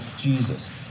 Jesus